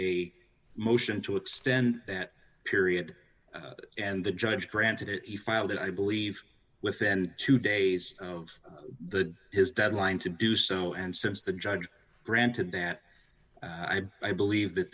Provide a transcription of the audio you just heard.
a motion to extend that period and the judge granted it he filed it i believe within two days of the his deadline to do so and since the judge granted that i believe that